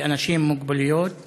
לאנשים עם מוגבלויות